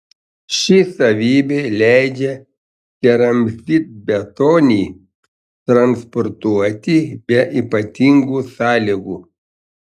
ši savybė leidžia keramzitbetonį transportuoti be ypatingų sąlygų